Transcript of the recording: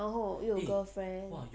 然后又有 girlfriend